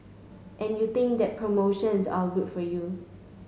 and you think that promotions are good for you